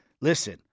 listen